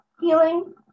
healing